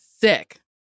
sick